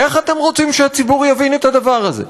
איך אתם רוצים שהציבור יבין את הדבר הזה?